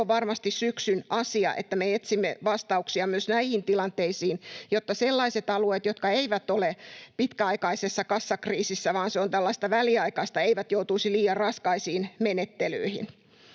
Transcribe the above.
se on varmasti syksyn asia, että me etsimme vastauksia myös näihin tilanteisiin, jotta sellaiset alueet, jotka eivät ole pitkäaikaisessa kassakriisissä — vaan joilla se on tällaista väliaikaista — eivät joutuisi liian raskaisiin menettelyihin.